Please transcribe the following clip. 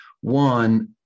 One